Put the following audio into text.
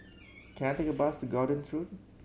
can I take a bus to Gordon's Road